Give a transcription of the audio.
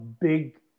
big